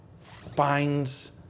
finds